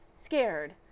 scared